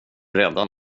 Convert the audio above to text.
rädda